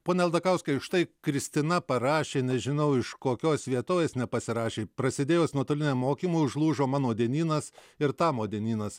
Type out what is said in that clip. pone aldakauskai štai kristina parašė nežinau iš kokios vietovės nepasirašė prasidėjus nuotoliniam mokymui užlūžo mano dienynas ir tamo dienynas